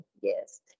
yes